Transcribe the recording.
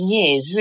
years